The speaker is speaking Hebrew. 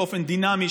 באופן דינמי.